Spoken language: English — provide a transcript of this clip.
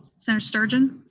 senator sturgeon?